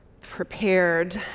prepared